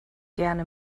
gerne